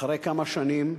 אחרי כמה שנים,